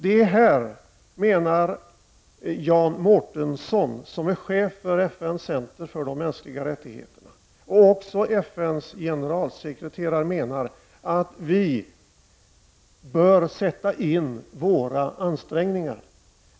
Det är här vi bör sätta in våra ansträngningar, menar Jan Mårtensson som är chef för FNs center för de mänskliga rättigheterna, och det anser också FNs generalsekreterare.